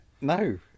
no